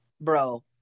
bro